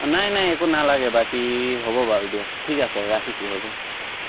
নাই নাই একো নালাগে বাকী হ'ব বাৰু দিয়ক ঠিক আছে ৰাখিছোঁ হ'ব